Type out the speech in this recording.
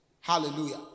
Hallelujah